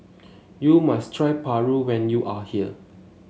you must try Paru when you are here